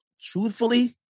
Truthfully